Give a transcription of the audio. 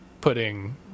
putting